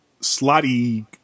slotty